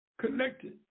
connected